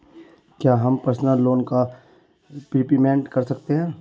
क्या हम personal loan का प्रीपेमेंट कर सकते हैं?